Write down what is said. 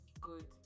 good